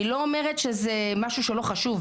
אני לא אומר שזה משהו שלא חשוב,